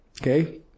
Okay